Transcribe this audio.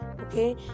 Okay